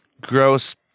gross